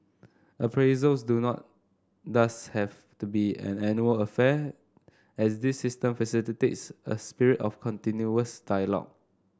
appraisals do not thus have to be an annual affair as this system a spirit of continuous dialogue